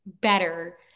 Better